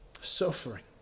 Suffering